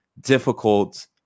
difficult